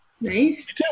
Nice